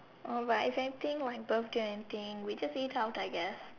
alright if anything my birthday or anything we just eat out I guess